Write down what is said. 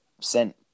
sent